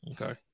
Okay